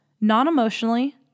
non-emotionally